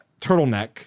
turtleneck